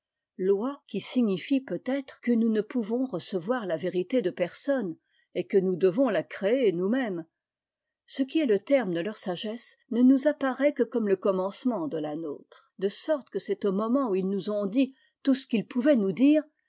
nous devons la créer nousmême ce qui est le terme de leur sagesse ne nous apparaît que comme le commencement de la nôtre de sorte que c'est au moment où il nous ont dit tout ce qu'ils pouvaient nous dire